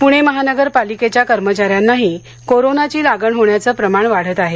प्णे महानगर पालिकेच्या कर्मचाऱ्यांनाही कोरोनाची लागण होण्याचे प्रमाण वाढत आहे